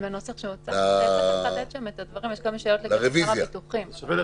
למעשה אני רוצה להסב את תשומת ליבם של הנוכחים פה,